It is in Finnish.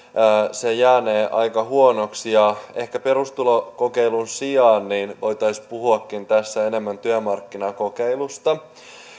se jäänee aika huonoksi ehkä perustulokokeilun sijaan voisimmekin puhua tässä enemmän työmarkkinakokeilusta